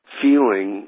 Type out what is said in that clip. feeling